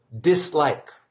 dislike